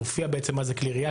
מופיע כבר בעצם מה זה כלי ירייה,